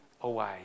away